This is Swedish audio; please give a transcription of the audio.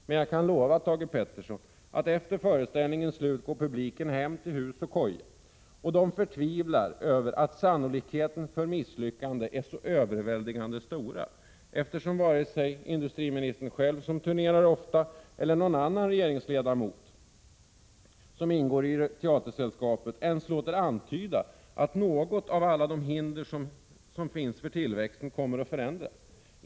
Men jag kan lova, Thage G. Peterson, att efter föreställningens slut går publiken hem till hus och koja och förtvivlar över att sannolikheten för misslyckande är överväldigande stor, eftersom vare sig industriministern själv, som turnerar ofta, eller någon annan regeringsledamot som ingår i teatersällskapet inte ens låter antyda att något av alla de hinder som finns för tillväxten kommer att förändras.